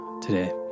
today